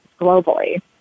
globally